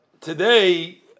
today